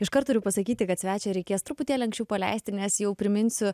iškart turiu pasakyti kad svečią reikės truputėlį anksčiau paleisti nes jau priminsiu